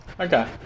Okay